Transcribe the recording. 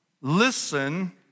listen